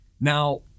Now